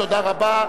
תודה רבה.